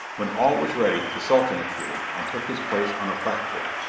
when all was ready, the sultan appeared, and took his place on a platform,